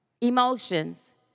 emotions